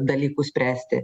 dalykus spręsti